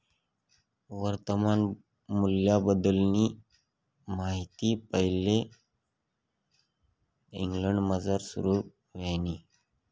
वर्तमान मूल्यबद्दलनी माहिती पैले इंग्लंडमझार सुरू व्हयनी